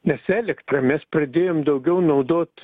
nes elektrą mes pradėjom daugiau naudot